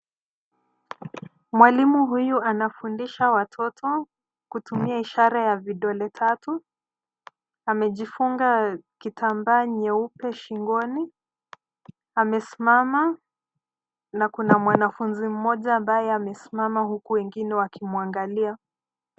Mwalimu huyu anafundisha watoto, kutumia ishara ya vidole tatu. Amejifunga kitambaa nyeupe shingoni. Amesimama, na kuna mwanafunzi mmoja ambaye amesimama huku wengine wakimwangalia.